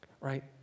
right